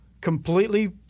completely